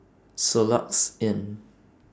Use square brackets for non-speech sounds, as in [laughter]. Soluxe Inn [noise]